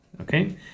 okay